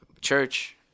church